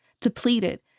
depleted